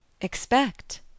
Expect